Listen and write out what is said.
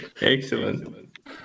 Excellent